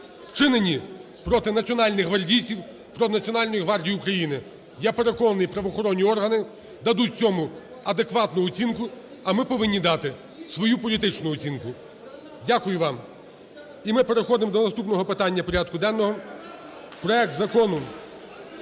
вчинені проти національних гвардійців, проти Національної гвардії України. Я переконаний, правоохоронні органи дадуть цьому адекватну оцінку, а ми повинні дати свою політичну оцінку. Дякую вам. І ми переходимо до наступного питання порядку денного: проект Закону